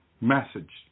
message